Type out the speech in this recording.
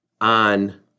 on